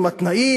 עם התנאים,